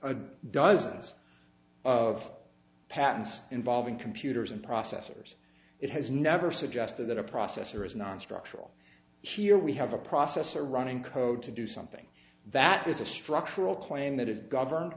a dozens of patents involving computers and processors it has never suggested that a processor is nonstructural here we have a processor running code to do something that is a structural claim that is governed